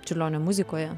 čiurlionio muzikoje